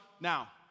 now